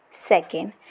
Second